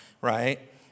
right